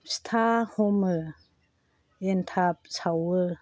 फिथा हमो एनथाब सावो